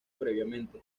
previamente